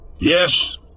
Yes